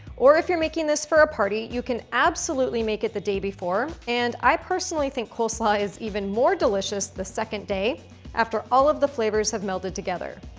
or if you're making this for a party, you can absolutely make it the day before and i personally think coleslaw is even more delicious the second day after all of the flavors have melded together.